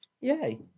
Yay